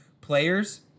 Players